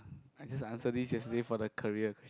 I just answer this yesterday for the career